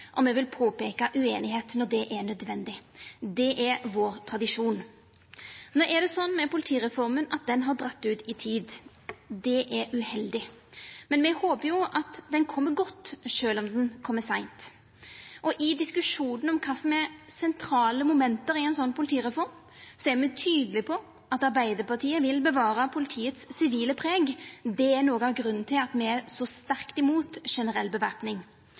og me vil påpeika ueinigheit når det er nødvendig. Det er vår tradisjon. No er det sånn med politireforma at den har dratt ut i tid. Det er uheldig. Men me håpar jo at den kjem godt sjølv om den kjem seint. I diskusjonen om kva som er sentrale moment i ei sånn politireform, er me tydelege på at Arbeidarpartiet vil bevara politiets sivile preg. Det er noko av grunnen til at me er så sterkt imot generell